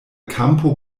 kampo